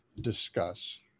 discuss